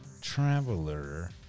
traveler